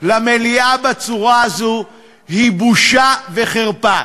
למליאה בצורה הזאת הוא בושה וחרפה,